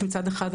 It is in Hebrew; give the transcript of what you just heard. מצד אחד,